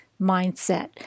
mindset